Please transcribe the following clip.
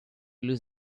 lose